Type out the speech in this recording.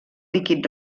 líquid